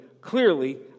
clearly